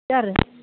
बिदि आरो